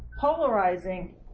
Polarizing